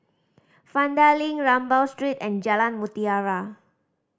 Vanda Link Rambau Street and Jalan Mutiara